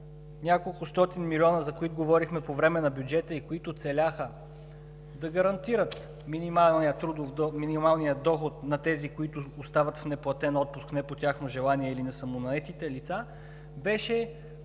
няколкостотин милиона, за които говорихме по време на бюджета и които целяха да гарантират минималния доход на тези, които остават в неплатен отпуск не по тяхно желание или на самонаетите лица, беше отхвърлен